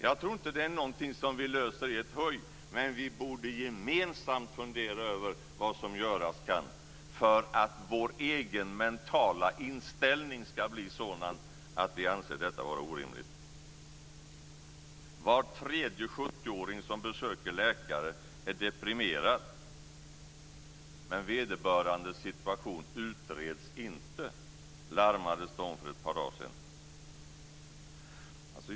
Jag tror inte att det någonting som vi löser i ett huj, men vi borde gemensamt fundera över vad som göras kan för att vår egen mentala inställning ska bli sådan att vi anser detta vara orimligt. Var tredje 70-åring som besöker läkare är deprimerad, men vederbörandes situation utreds inte, larmades det om för ett par dagar sedan.